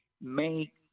make